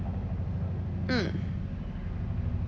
mm